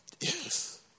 Yes